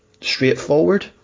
straightforward